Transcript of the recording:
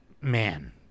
man